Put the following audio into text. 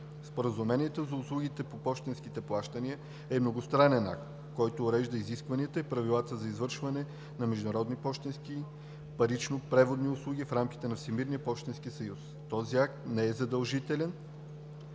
Споразумението за услугите по пощенските плащания е многостранен акт, който урежда изискванията и правилата за извършване на международните пощенски парично-преводни услуги в рамките на Всемирния пощенски съюз. Този акт не е задължителен